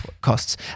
costs